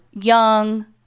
young